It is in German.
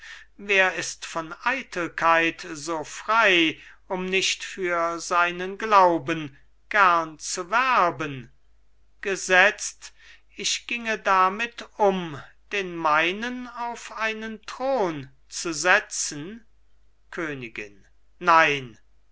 wer ist von eitelkeit so frei um nicht für seinen glauben gern zu werben gesetzt ich ginge damit um den meinen auf einen thron zu setzen königin nein